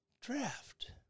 draft